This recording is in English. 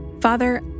Father